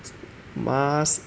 mas~